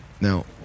Now